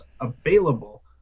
available